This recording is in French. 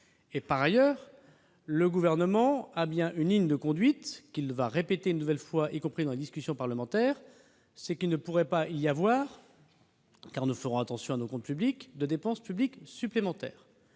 Par ailleurs, le Gouvernement a bien une ligne de conduite qu'il va suivre une nouvelle fois, y compris dans la discussion parlementaire : il ne pourra pas y avoir, car nous ferons attention à nos comptes publics, de dépenses publiques supplémentaires.